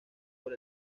por